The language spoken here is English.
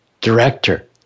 director